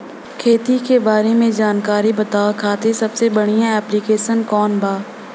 खेती के बारे में जानकारी बतावे खातिर सबसे बढ़िया ऐप्लिकेशन कौन बा?